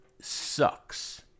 sucks